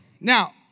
Now